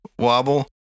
wobble